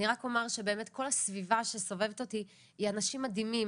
אני רק אומר שבאמת כל הסביבה שסובבת אותי היא אנשים מדהימים,